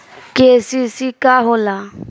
KCC का होला?